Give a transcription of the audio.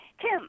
Tim